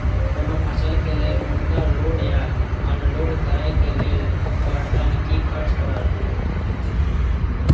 कोनो फसल के लेल उनकर लोड या अनलोड करे के लेल पर टन कि खर्च परत?